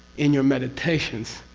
in your meditations,